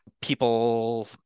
people